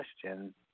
question –